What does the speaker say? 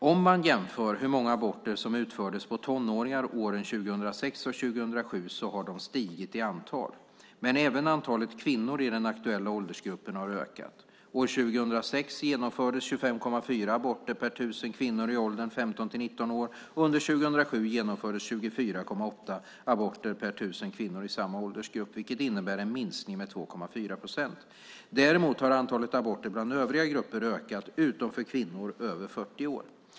Om man jämför hur många aborter som utfördes på tonåringar åren 2006 och 2007 har de stigit i antal. Men även antalet kvinnor i den aktuella åldersgruppen har ökat. År 2006 genomfördes 25,4 aborter per tusen kvinnor i åldern 15-19 år och under 2007 genomfördes 24,8 aborter per tusen kvinnor i samma åldersgrupp, vilket innebär en minskning med 2,4 procent. Däremot har antalet aborter bland övriga grupper ökat, utom för kvinnor över 40 år.